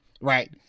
Right